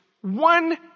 one